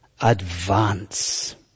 advance